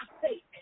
fake